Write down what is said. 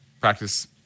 practice